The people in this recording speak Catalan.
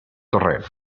torrent